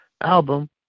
album